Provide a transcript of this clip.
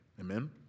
amen